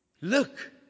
Look